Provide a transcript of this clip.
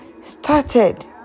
started